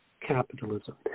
capitalism